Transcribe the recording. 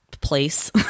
place